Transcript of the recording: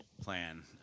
plan